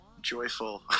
joyful